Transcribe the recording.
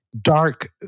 dark